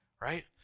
right